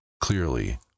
clearly